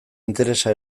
interesa